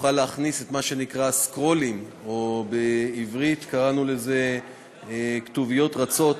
יוכל להכניס את מה שנקרא "סקרולים" בעברית קראנו לזה "כתוביות רצות":